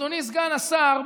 אדוני סגן השר,